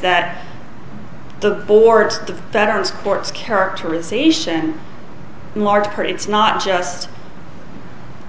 that the board of veterans courts characterization in large part it's not just